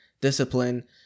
discipline